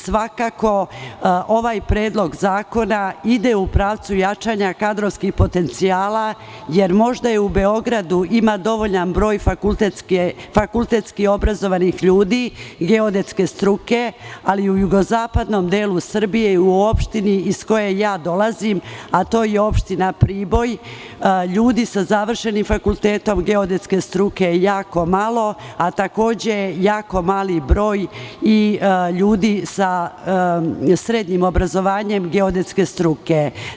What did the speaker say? Svakako ovaj predlog zakona ide u pravcu jačanja kadrovskih potencijala, jer možda u Beogradu ima dovoljan broj fakultetski obrazovanih ljudi geodetske struke, ali u jugozapadnom delu Srbije i u opštini iz koje ja dolazim, a to je opština Priboj, ljudi sa završenim fakultetom geodetske struke je jako malo, a takođe je i jako mali broj ljudi sa srednjim obrazovanjem geodetske struke.